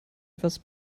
etwas